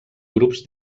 grups